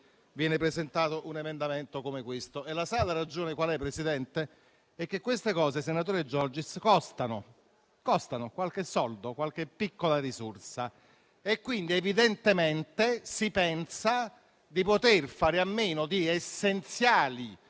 viene presentato un emendamento come questo. E sa la ragione qual è, Presidente? Queste cose, senatore Giorgis, costano qualche soldo, qualche piccola risorsa. Evidentemente si pensa di poter fare a meno di essenziali